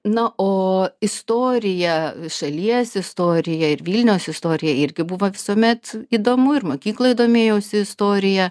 na o istorija šalies istorija ir vilniaus istorija irgi buvo visuomet įdomu ir mokykloj domėjausi istorija